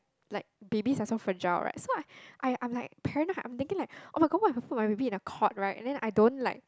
like babies are so fragile right so I I I'm like paranoid I'm thinking like [oh]-my-god what if I put my baby in a cot right and then I don't like